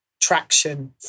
traction